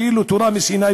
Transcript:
כאילו תורה מסיני.